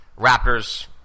Raptors